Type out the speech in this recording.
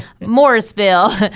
Morrisville